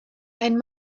ein